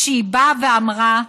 כשהיא באה ואמרה,